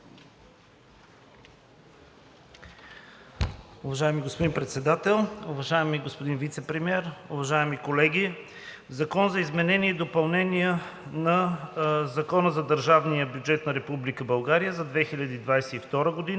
Уважаеми господин Председател, уважаеми господин Вицепремиер, уважаеми колеги! „Закон за изменение и допълнение на Закона за държавния бюджет на Република България за 2022 г.“